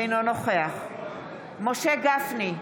אינו נוכח משה גפני,